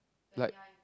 like